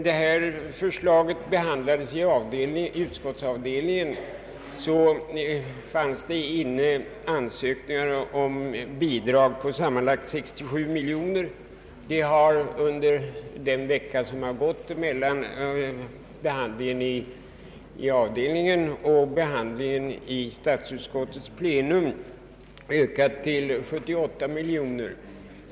Då detta förslag behandlades i utskottsavdelningen fanns ansökningar inne om bidrag på sammanlagt 67 miljoner kronor. Under den vecka som har gått mellan behandlingen i avdelningen och behandlingen i statsutskottets plenum har detta belopp ökat till 78 miljoner kronor.